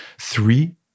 Three